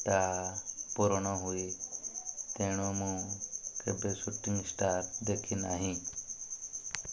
ତାହା ପୂରଣ ହୁଏ ତେଣୁ ମୁଁ କେବେ ସୁଟିଂ ଷ୍ଟାର୍ ଦେଖିନାହିଁ